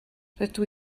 rydw